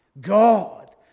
God